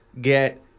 get